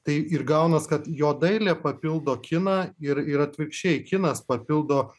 tai ir gaunas kad jo dailė papildo kiną ir ir atvirkščiai kinas papildo